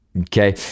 Okay